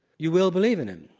you will believe in him.